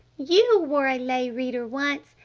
you were a lay reader once!